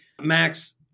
Max